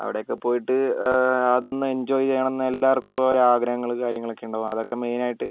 അവിടൊക്കെ പോയിട്ട് അതൊന്ന് എൻജോയ് ചെയ്യണമെന്ന് എല്ലാവർക്കും ഒരു ആഗ്രഹങ്ങൾ കാര്യങ്ങളൊക്കെ ഉണ്ടാവും അതൊക്കെ മെയിനായിട്ട്